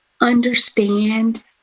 understand